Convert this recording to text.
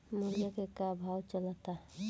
मुर्गा के का भाव चलता?